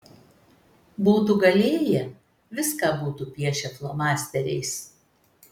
būtų galėję viską būtų piešę flomasteriais